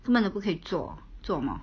他们都不可以做做么